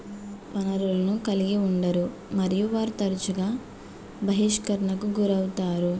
వరులను కలిగి ఉండరు మరియు వారు తరచుగా బహిష్కరణకు గురి అవుతారు